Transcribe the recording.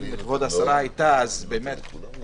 אם היא לא היתה מתערבת